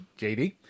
JD